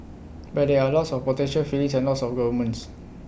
but there are lots of potential feelings and lots of governments